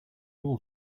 all